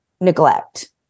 neglect